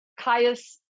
Caius